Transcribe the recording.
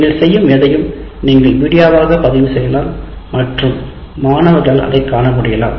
நீங்கள் செய்யும் எதையும் நீங்கள் வீடியோவாக பதிவு செய்யலாம் மற்றும் மாணவர்களால் அதை காண முடியலாம்